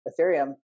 Ethereum